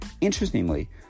interestingly